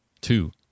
two